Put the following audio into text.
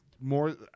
more